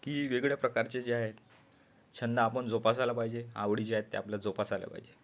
की वेगवेगळ्या प्रकारचे जे आहे छंद आपण जोपासायला पाहिजे आवडीचे आहेत ते आपले जोपासायला पाहिजेत